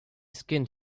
skinned